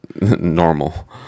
normal